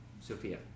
Sophia